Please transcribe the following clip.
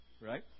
right